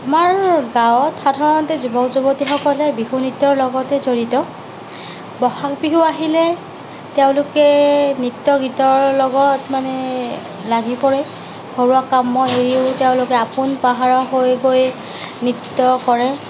আমাৰ গাঁৱত সাধাৰণতে যুৱক যুৱতীসকলে বিহু নৃত্যৰ লগতে জড়িত বহাগ বিহু আহিলে তেওঁলোকে নৃত্য গীতৰ লগত মানে লাগি পৰে ঘৰুৱা কাম বন এৰিও তেওঁলোকে আপোন পাহৰা হৈ গৈ নৃত্য কৰে